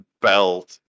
belt